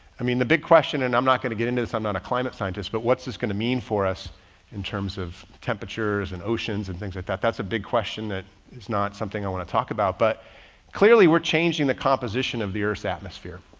i mean, the big question, and i'm not going to get into this, i'm not a climate scientist, but what's this gonna mean for us in terms of temperatures and oceans and things like that? that's a big question. that is not something i want to talk about, but clearly we're changing the composition of the earth's atmosphere,